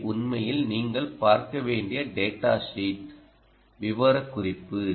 இவை உண்மையில் நீங்கள் பார்க்க வேண்டிய டேடா ஷீட் விவரக்குறிப்பு